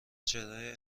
چهره